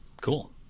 cool